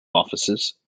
offices